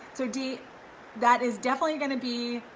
so dee that is definitely gonna be,